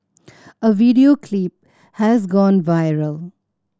a video clip has gone viral